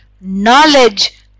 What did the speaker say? knowledge